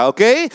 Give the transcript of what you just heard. Okay